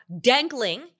dangling